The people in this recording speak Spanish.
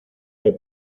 que